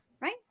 Right